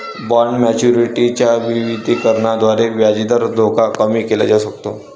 bond maturity च्या विविधीकरणाद्वारे व्याजदराचा धोका कमी केला जाऊ शकतो